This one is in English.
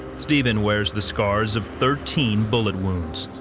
stephen wears the scars of thirteen bullet wounds.